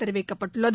தெரிவிக்கப்பட்டுள்ளது